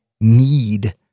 need